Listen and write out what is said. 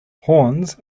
horns